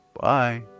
Bye